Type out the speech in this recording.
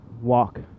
walk